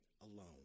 alone